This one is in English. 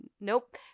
nope